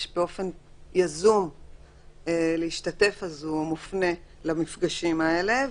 באופן יזום להשתתף מופנה למפגשים האלה.